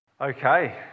Okay